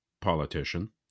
politician